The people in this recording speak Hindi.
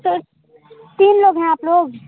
तो तीन लोग हैं आप लोग